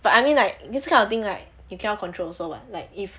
but I mean like this kind of thing right you cannot control also [what] like if